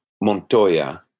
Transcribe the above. Montoya